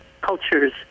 cultures